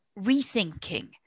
rethinking